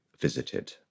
visited